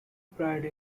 pride